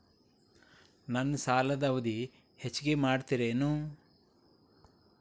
ನನ್ನ ಸಾಲದ ಅವಧಿ ಹೆಚ್ಚಿಗೆ ಮಾಡ್ತಿರೇನು?